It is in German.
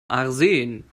arsen